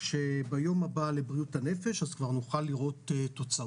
ביום הבא לבריאות הנפש כבר נוכל לראות תוצאות.